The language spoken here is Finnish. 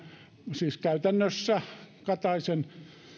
siis käytännössä kataisen